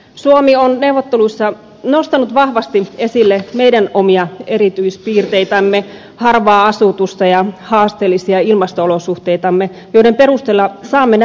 suomi on neuvotteluissa nostanut vahvasti esille meidän omia erityispiirteitämme harvaa asutusta ja haasteellisia ilmasto olosuhteitamme joiden perusteella saamme nämä tuet